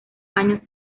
años